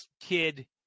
kid